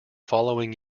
following